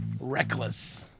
reckless